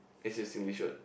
is a Singlish word